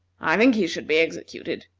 i think he should be executed.